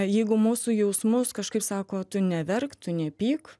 jeigu mūsų jausmus kažkaip sako tu neverk tu nepyk